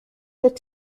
that